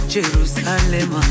Jerusalem